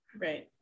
right